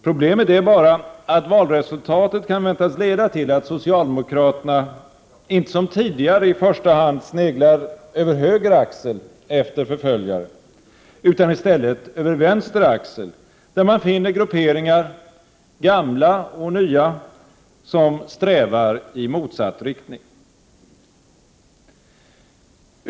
Problemet är bara att valresultatet kan väntas leda till att socialdemokraterna inte som tidigare i första hand sneglar över höger axel efter förföljare utan i stället över vänster axel, där man finner grupperingar — gamla och nya — som strävar i motsatt riktning.